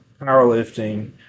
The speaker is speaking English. powerlifting